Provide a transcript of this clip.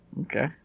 Okay